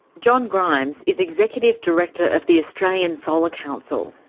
john grimes is executive director of the australian solar council.